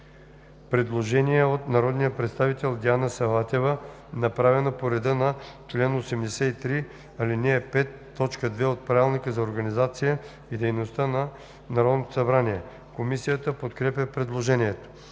Предложение от народния представител Диана Саватева, направено по реда на чл. 83, ал. 5, т. 2 от Правилника за организацията и дейността на Народното събрание.“ Комисията подкрепя предложението.